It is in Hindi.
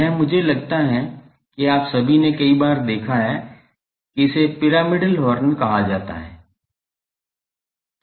यह मुझे लगता है कि आप सभी ने कई बार देखा है कि इसे पिरामिडल हॉर्न कहा जाता है